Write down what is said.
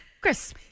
Chris